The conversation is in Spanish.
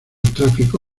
tráfico